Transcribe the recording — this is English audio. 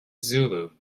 zulu